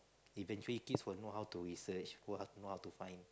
eventually kids will know how to research know how know how to find